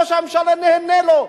ראש הממשלה נהנה לו,